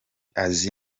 azi